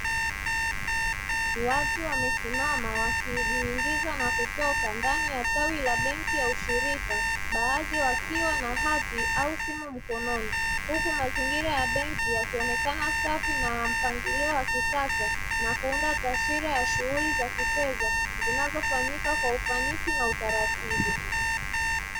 Watu wamesimama wakijiingiza na kutoka ndani ya tawi la benki ya ushirika, baadhi wakiwa na hati au simu mkononi, huku mazingira ya benki yakionekana safi na yana mpangilio wa kisasa ,na kuunda taswira ya shughuli za kifedha zinazofanyika kwa ufanisi na utaratibu.